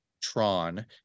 Tron